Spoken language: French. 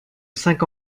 cinq